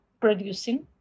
producing